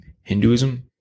Hinduism